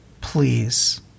Please